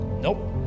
Nope